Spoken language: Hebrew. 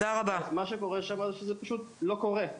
זה פשוט לא קורה.